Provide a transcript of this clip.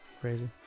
Crazy